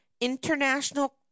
international